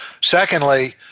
Secondly